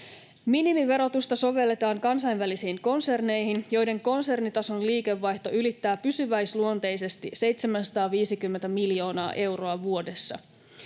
Minimiverotusta sovelletaan kansainvälisiin konserneihin, joiden konsernitason liikevaihto ylittää pysyväisluonteisesti 750 miljoonaa euroa vuodessa.